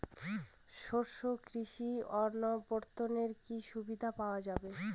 শস্য কৃষি অবর্তনে কি সুবিধা পাওয়া যাবে?